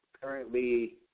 Currently